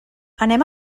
anem